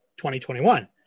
2021